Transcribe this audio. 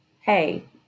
hey